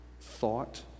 thought